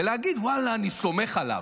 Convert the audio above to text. ולהגיד: וואלה אני סומך עליו.